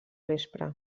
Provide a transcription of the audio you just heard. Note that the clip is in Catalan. vespre